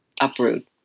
uproot